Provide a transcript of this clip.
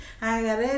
agarré